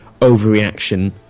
overreaction